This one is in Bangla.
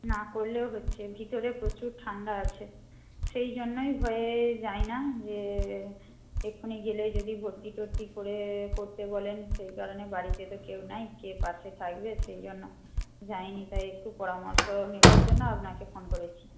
না করলেও হচ্ছে ভিতরে প্রচুর ঠান্ডা আছে সেই জন্যই ভয়ে যাই না যে এখনই গেলে যদি ভর্তি টর্তি করে করতে বলেন সেই কারণে বাড়িতে তো কেউ নেই কে পাশে থাকবে সেই জন্য যাইনি তাই একটু পরামর্শ নেবার জন্য আপনাকে ফোন করেছি